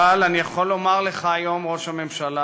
אבל, אני יכול לומר לך היום, ראש הממשלה,